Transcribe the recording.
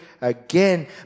again